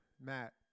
Matt